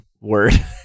word